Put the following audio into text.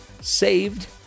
Saved